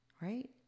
right